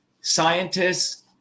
scientists